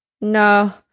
No